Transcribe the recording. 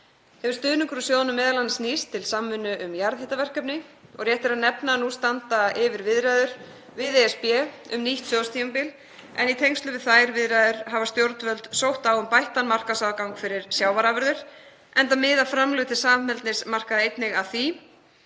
Hefur stuðningur úr sjóðnum m.a. nýst til samvinnu um jarðhitaverkefni. Rétt er að nefna að nú standa yfir viðræður við ESB um nýtt sjóðstímabil en í tengslum við þær viðræður hafa stjórnvöld sótt á um bættan markaðsaðgang fyrir sjávarafurðir enda miða framlög til samheldnismarkaða einnig að því